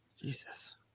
Jesus